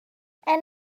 and